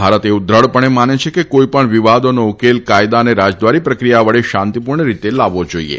ભારત એવું દૃઢપણે માને છે કે કોઈપણ વિવાદોનો ઉકેલ કાયદા અને રાજદ્વારી પ્રક્રિયા વડે શાંતિપૂર્ણ રીતે લાવવો જાઈએ